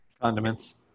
Condiments